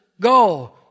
go